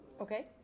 Okay